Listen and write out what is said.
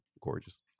gorgeous